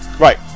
Right